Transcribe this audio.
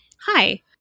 hi